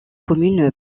communes